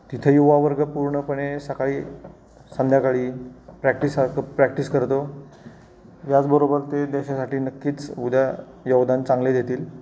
तिथे युवा वर्ग पूर्णपणे सकाळी संध्याकाळी प्रॅक्टिस सारतो प्रॅक्टिस करतो याचबरोबर ते देशासाठी नक्कीच उद्या योगदान चांगले देतील